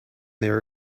their